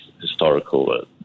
historical